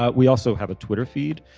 ah we also have a twitter feed.